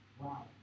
wow